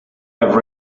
have